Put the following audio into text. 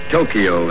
Tokyo